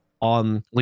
on